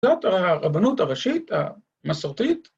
זאת הרבנות הראשית המסורתית.